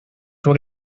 what